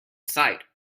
sight